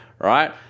right